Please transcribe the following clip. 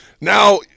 Now